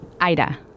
Ida